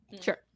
sure